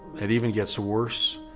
it even gets worse